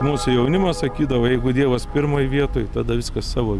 mūsų jaunimas sakydavo jeigu dievas pirmoj vietoj tada viskas savo